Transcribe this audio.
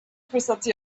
fırsatı